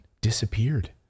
disappeared